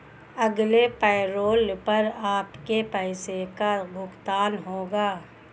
अगले पैरोल पर आपके पैसे का भुगतान होगा